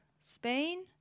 Spain